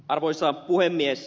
arvoisa puhemies